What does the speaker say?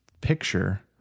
picture